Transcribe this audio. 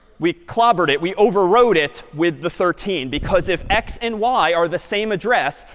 we clobbered it. we overwrote it with the thirteen. because if x and y are the same address,